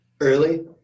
early